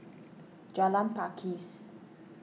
Jalan Pakis